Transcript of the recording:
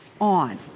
on